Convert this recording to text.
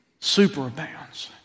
superabounds